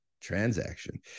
transaction